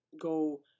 go